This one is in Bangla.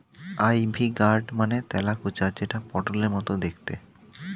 আই.ভি গার্ড মানে তেলাকুচা যেটা পটলের মতো দেখতে